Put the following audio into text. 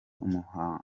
umuhamagaro